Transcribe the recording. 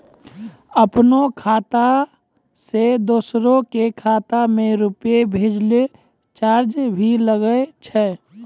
आपनों खाता सें दोसरो के खाता मे रुपैया भेजै लेल चार्ज भी लागै छै?